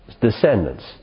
descendants